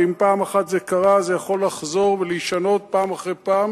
ואם פעם אחת זה קרה זה יכול לחזור פעם ולהישנות פעם אחר פעם